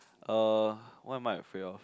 uh what am I afraid of